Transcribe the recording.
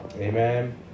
Amen